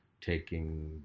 taking